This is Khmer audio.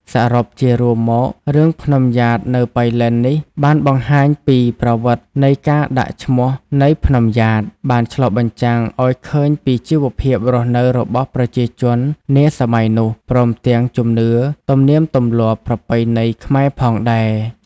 សរុបជារួមមក រឿង ភ្នំំយ៉ាតនៅប៉ៃលិននេះបានបង្ហាញពីប្រវត្តិនៃការដាក់ឈ្មោះនៃភ្នំយ៉ាត បានឆ្លុះបញ្ចាំងឲ្យឃើញពីជីវភាពរស់នៅរបស់ប្រជាជននាសម័យនោះ ព្រមទាំងជំនឿ ទំនៀមទំម្លាប់ប្រពៃណីខ្មែរផងដែរ។